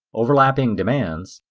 overlapping demands,